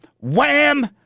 Wham